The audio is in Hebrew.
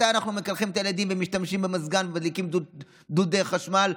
מתי אנחנו מקלחים את הילדים ומשתמשים במזגן ומדליקים דוד חשמל?